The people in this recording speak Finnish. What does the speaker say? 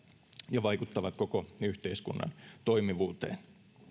ja vaikuttavat koko yhteiskunnan toimivuuteen